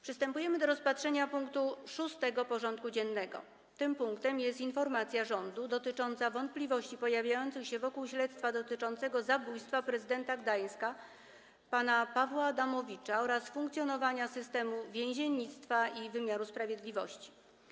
Przystępujemy do rozpatrzenia punktu 6. porządku dziennego: Informacja rządu dotycząca wątpliwości pojawiających się wokół śledztwa dotyczącego zabójstwa prezydenta Gdańska pana Pawła Adamowicza oraz funkcjonowania systemu więziennictwa i wymiaru sprawiedliwości.